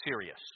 serious